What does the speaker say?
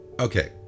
okay